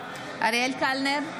אריאל קלנר,